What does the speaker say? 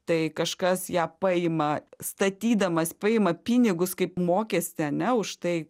tai kažkas ją paima statydamas paima pinigus kaip mokestį ane už tai